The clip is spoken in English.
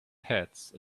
hats